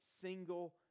single